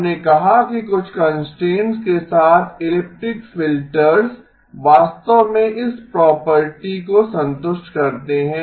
हमने कहा कि कुछ कंस्ट्रेंट्स के साथ इलिप्टिक फिल्टर्स वास्तव में इस प्रॉपर्टी को संतुष्ट करते हैं